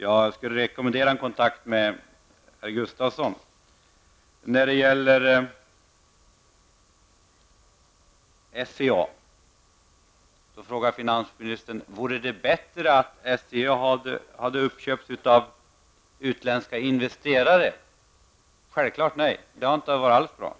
Jag rekommenderar en kontakt med herr Finansministern frågar om det hade varit bättre att Självfallet nej. Det hade inte alls varit bra.